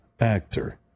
actor